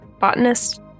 botanist